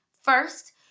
First